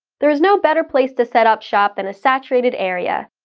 there is no better place to set up shop than a saturated area.